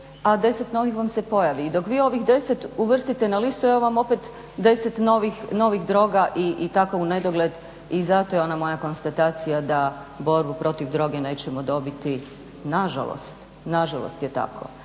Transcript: a 10 novih vam se pojavi. I dok vi ovih 10 uvrstite na listu evo vam opet 10 novih droga i tako unedogled. I zato je ona moja konstatacija da borbu protiv droge nećemo dobiti, nažalost, nažalost je tako.